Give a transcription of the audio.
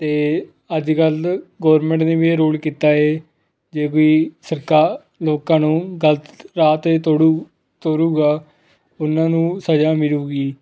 ਅਤੇ ਅੱਜ ਕੱਲ੍ਹ ਗੌਰਮੈਂਟ ਨੇ ਵੀ ਇਹ ਰੂਲ ਕੀਤਾ ਹੈ ਜੇ ਕੋਈ ਸਰਕਾਰ ਲੋਕਾਂ ਨੂੰ ਗਲਤ ਰਾਹ 'ਤੇ ਤੋੜੂ ਤੋਰੇਗਾ ਉਹਨਾਂ ਨੂੰ ਸਜ਼ਾ ਮਿਲੇਗੀ